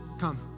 Come